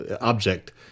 object